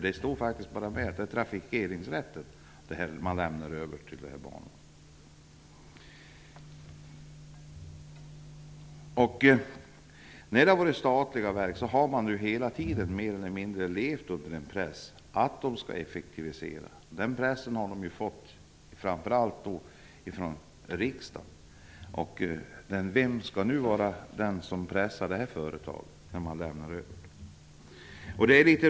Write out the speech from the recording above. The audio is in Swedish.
Det är nämligen bara trafikeringsrätten på banorna som överlämnas. När verksamheten har bedrivits i statlig verksform har man hela tiden mer eller mindre levt under en press att effektivisera. Den pressen har framför allt utövats av riksdagen. Vem skall pressa det företag som man nu lämnar över verksamheten till?